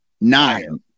nine